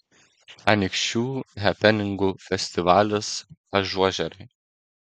anykščių hepeningų festivalis ažuožeriai